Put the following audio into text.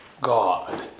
God